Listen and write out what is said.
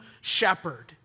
shepherd